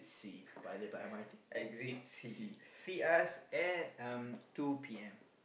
exit C see us at um two P_M